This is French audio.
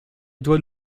doit